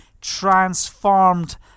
transformed